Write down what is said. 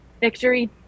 victory